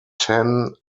ten